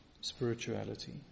spirituality